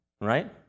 Right